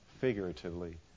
figuratively